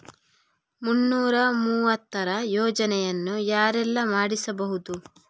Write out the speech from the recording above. ಮುನ್ನೂರ ಮೂವತ್ತರ ಯೋಜನೆಯನ್ನು ಯಾರೆಲ್ಲ ಮಾಡಿಸಬಹುದು?